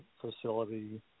facility